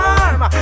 arm